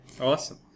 awesome